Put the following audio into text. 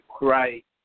Right